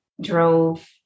drove